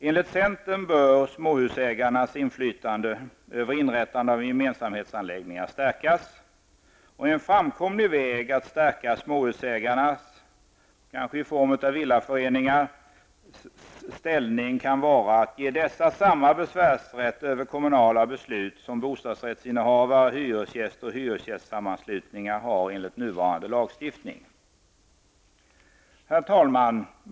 Enligt centern bör småhusägarnas inflytande över inrättande av gemensamhetsanläggningar stärkas, och en framkomlig väg att stärka småhusägarnas ställning kan vara att ge dem, kanske i form av villaföreningar, samma besvärsrätt över kommunala beslut som bostadsrättsinnehavare, hyresgäster och hyresgästsammanslutningar har enligt nuvarande lagstiftning. Herr talman!